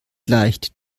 leicht